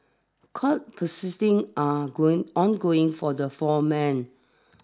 court are going ongoing for the four men